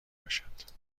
باشد